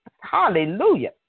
Hallelujah